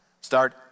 start